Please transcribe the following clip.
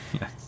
Yes